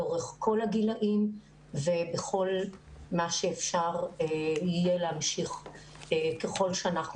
לאורך כל הגילים ובכל מה שאפשר יהיה להמשיך ככל שאנחנו